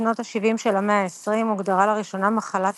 בשנות השבעים של המאה ה-20 הוגדרה לראשונה מחלת